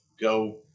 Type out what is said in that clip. Go